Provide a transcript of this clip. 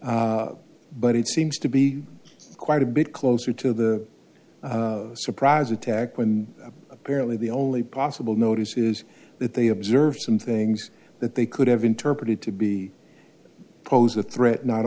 notice but it seems to be quite a bit closer to the surprise attack when apparently the only possible notice is that they observed some things that they could have interpreted to be pose a threat not